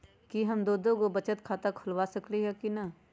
कि हम दो दो गो बचत खाता खोलबा सकली ह की न?